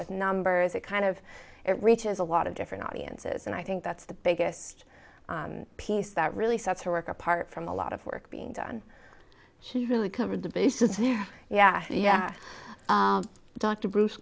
with numbers that kind of reaches a lot of different audiences and i think that's the biggest piece that really sets her work apart from a lot of work being done she really covered the bases yeah yeah dr bruce